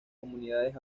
comunidades